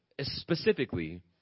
specifically